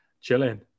chilling